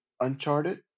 Uncharted